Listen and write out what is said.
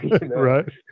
Right